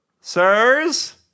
sirs